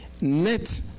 Net